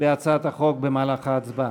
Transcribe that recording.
בהצעת החוק במהלך ההצבעה.